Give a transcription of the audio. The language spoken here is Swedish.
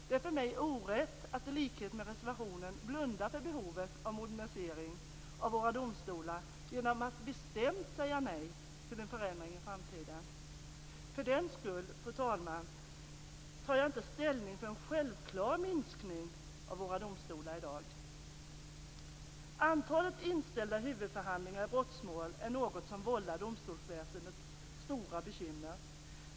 Det är för mig orätt att, i likhet med reservanterna, blunda för behovet av en modernisering av våra domstolar genom att bestämt säga nej till en förändring i framtiden. För den skull, fru talman, tar jag inte i dag ställning för en självklar minskning av våra domstolar. Antalet inställda huvudförhandlingar i brottmål är något som vållar domstolsväsendet stora bekymmer.